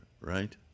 right